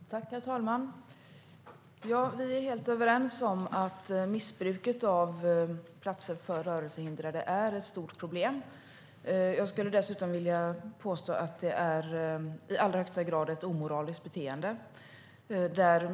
Herr talman! Vi är helt överens om att missbruket av platser för rörelsehindrade är ett stort problem. Jag skulle dessutom vilja påstå att det i allra högsta grad är ett omoraliskt beteende.